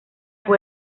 fue